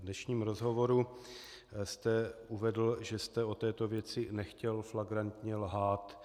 V dnešním rozhovoru jste uvedl, že jste o této věci nechtěl flagrantně lhát.